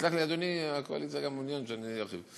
יסלח לי אדוני, הקואליציה גם מעוניינת שאני ארחיב.